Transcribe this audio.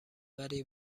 ولی